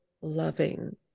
loving